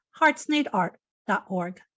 heartsneedart.org